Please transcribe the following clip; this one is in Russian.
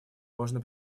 можно